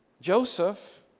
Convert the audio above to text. Joseph